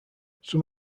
some